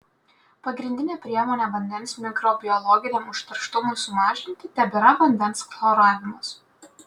pagrindinė priemonė vandens mikrobiologiniam užterštumui sumažinti tebėra vandens chloravimas